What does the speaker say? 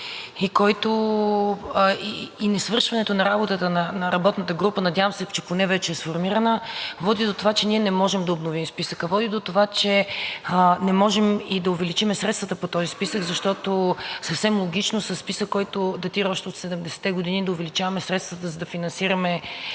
Несвършването работата на работната група, надявам се, че поне вече е сформирана, води до това, че ние не можем да обновим списъка, води до това, че не можем и да увеличим средствата по този списък. Защото съвсем логично е със списък, който датира още от 70-те години, не можем да увеличаваме средствата, за да финансираме